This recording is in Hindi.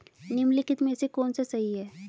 निम्नलिखित में से कौन सा सही है?